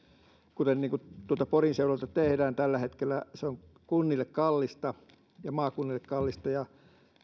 kuten tuolla porin seudulla tehdään tällä hetkellä niin se on kunnille kallista ja maakunnille kallista ja